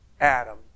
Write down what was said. Adam